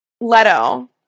Leto